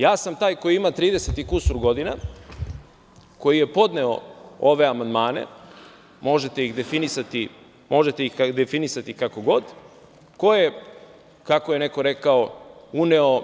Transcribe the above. Ja sam taj koji ima 30 i kusur godina, koji je podneo ove amandmane, možete ih definisati kako god, ko je, kako je neko rekao, uneo